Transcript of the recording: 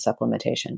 supplementation